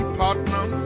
partner